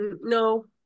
no